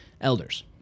elders